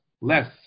less